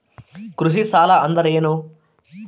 ಕೃಷಿ ಸಾಲ ಅಂದರೇನು?